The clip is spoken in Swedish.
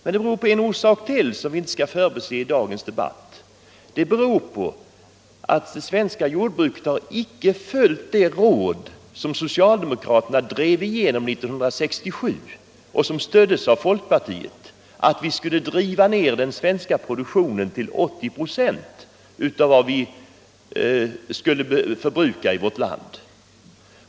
Men det finns en orsak till som vi inte skall förbise i dagens debatt: Det svenska jordbruket har inte följt det råd som socialdemokraterna drev igenom 1967 och som folkpartiet stödde, nämligen att vi skulle dra ned den svenska livsmedelsproduktionen till 80 procent av vår förbrukning.